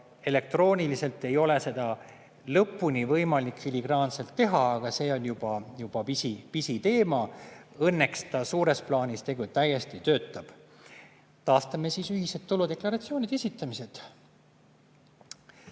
elektrooniliselt ei ole seda võimalik lõpuni filigraanselt teha, aga see on juba pisiteema. Õnneks see suures plaanis täiesti töötab. Taastame siis ühised tuludeklaratsioonide esitamised!